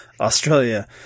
australia